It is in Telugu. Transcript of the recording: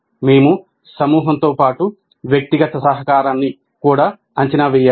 మేము సమూహంతో పాటు వ్యక్తిగత సహకారాన్ని కూడా అంచనా వేయాలి